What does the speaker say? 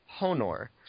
Honor